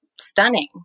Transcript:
stunning